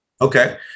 Okay